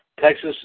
Texas